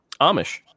amish